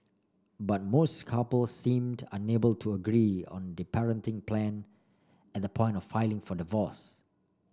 but most couple seemed unable to agree on the parenting plan at the point of filing for divorce